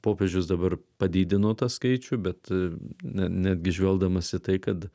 popiežius dabar padidino tą skaičių bet netgi žvelgdamas į tai kad